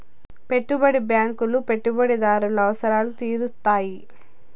పెట్టుబడి బ్యాంకులు పెట్టుబడిదారుల అవసరాలు తీరుత్తాయి